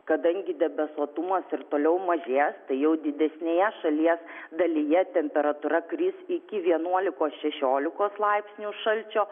kadangi debesuotumas ir toliau mažės tai jau didesnėje šalies dalyje temperatūra kris iki vienuolikos šešiolikos laipsnių šalčio